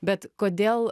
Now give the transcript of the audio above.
bet kodėl